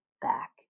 back